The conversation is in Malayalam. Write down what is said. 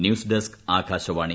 news desk Akashvani